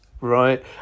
right